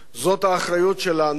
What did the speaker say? זאת האחריות שלנו,